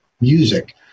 music